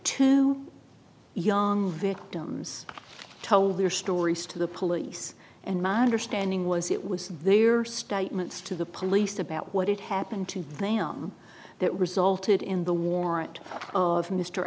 two young victims told their stories to the police and madder standing was it was their statements to the police about what had happened to them that resulted in the warrant of mr